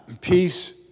peace